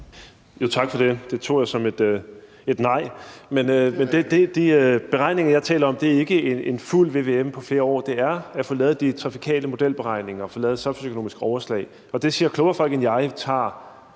Tak for det. Det tog jeg som et nej. Men de beregninger, jeg taler om, er ikke en fuld vvm på flere år. Det er at få lavet de trafikale modelberegninger og få lavet et samfundsøkonomisk overslag. Det siger klogere folk end jeg tager